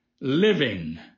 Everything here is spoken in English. Living